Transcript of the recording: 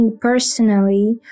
personally